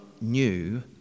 new